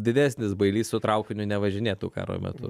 didesnis bailys su traukiniu nevažinėtų karo metu